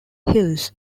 hills